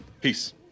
Peace